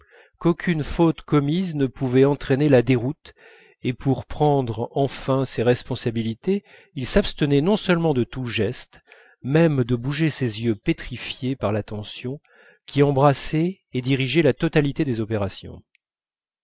qu'aucune faute commise ne pouvait entraîner la déroute et pour prendre enfin ses responsabilités il s'abstenait non seulement de tout geste même de bouger ses yeux pétrifiés par l'attention qui embrassaient et dirigeaient la totalité des opérations